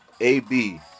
AB